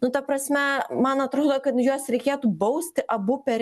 nu ta prasme man atrodo kad juos reikėtų bausti abu per